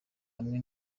hamwe